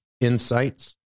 insights